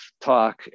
talk